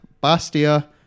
Bastia